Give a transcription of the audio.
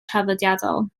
traddodiadol